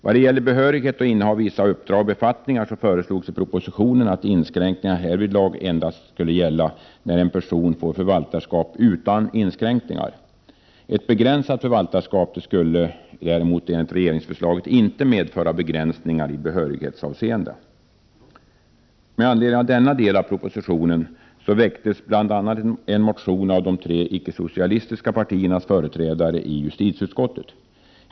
När det gäller behörighet att inneha vissa uppdrag och befattningar föreslogs i propositionen att inskränkningar härvidlag endast skulle gälla när en person får helt förvaltarskap. Ett begränsat förvaltarskap skulle däremot enligt regeringsförslaget inte medföra begränsningar i behörighetsavseende. Med anledning av denna del av propositionen väcktes bl.a. en motion av de tre icke-socialistiska partiernas företrädare i justitieutskottet.